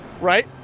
right